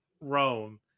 Rome